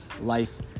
life